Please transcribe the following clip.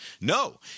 No